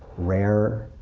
rare,